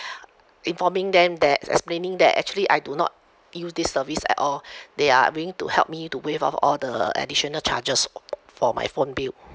informing them that explaining that actually I do not use this service at all they are willing to help me to waive off all the additional charges for my phone bill